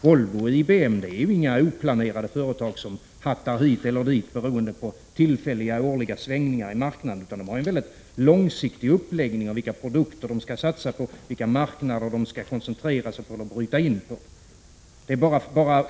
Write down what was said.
Volvo och IBM är inga oplanerade företag som hattar hit eller dit beroende på tillfälliga, årliga svängningar i marknaden, utan de har en mycket långsiktig uppläggning för vilka produkter de skall satsa på, vilka marknader de skall koncentrera sig på eller bryta in på.